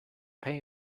pay